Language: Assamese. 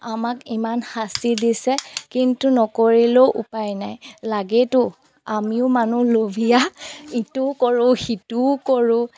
আমাক ইমান শাস্তি দিছে কিন্তু নকৰিলেও উপায় নাই লাগেতো আমিও মানুহ লোভীয়া ইটো কৰোঁ সিটোও কৰোঁ